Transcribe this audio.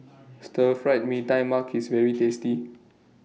Stir Fried Mee Tai Mak IS very tasty